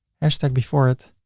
hashtag before it.